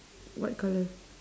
what colour